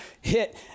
hit